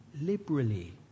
Liberally